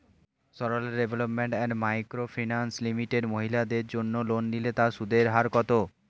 Sarala development and micro finance limited মহিলাদের জন্য loan নিলে তার সুদের হার কত?